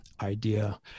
idea